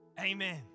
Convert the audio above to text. Amen